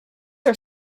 are